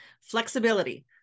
Flexibility